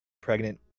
pregnant